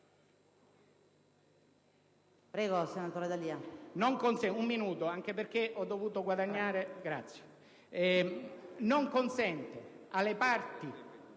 non consente alle parti